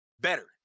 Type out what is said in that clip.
better